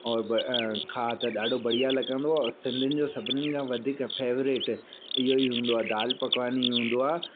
और ॿ खा त ॾाढो बढ़िया लॻंदो आहे ऐं सिंधियुनि खां सभिनीनि खां फेवरेट इहो ई हूंदो आहे दाल पकवान ई हूंदो आहे